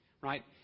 Right